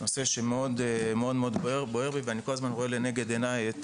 נושא שמאוד בוער בי ואני כל הזמן רואה לנגד עיניי את